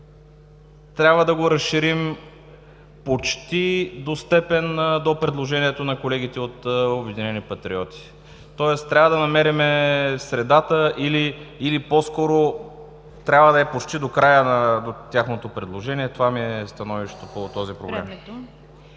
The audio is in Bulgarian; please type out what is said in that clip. трябва да го разширим почти до степен до предложението на колегите от „Обединени патриоти“. Трябва да намерим средата или по-скоро трябва да е почти до края на тяхното предложение. Това ми е становището по този проблем.